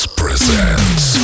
presents